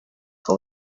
how